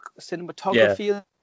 cinematography